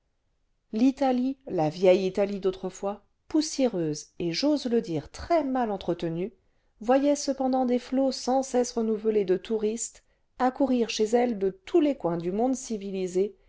l'italie la vieille italie d'autrefois poussiéreuse et j'ose le dire très mal entretenue voyait cependant des flots sans cesse renouvelés de touristes accourir chez elle de tous les coins du monde civilisé